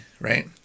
right